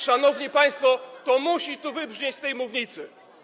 Szanowni państwo, to musi tu wybrzmieć z tej mównicy.